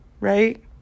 right